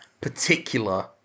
particular